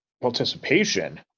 participation